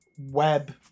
web